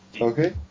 Okay